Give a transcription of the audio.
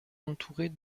entourée